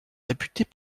réputées